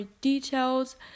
details